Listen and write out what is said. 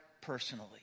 personally